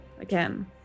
again